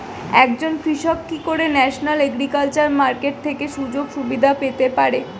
একজন কৃষক কি করে ন্যাশনাল এগ্রিকালচার মার্কেট থেকে সুযোগ সুবিধা পেতে পারে?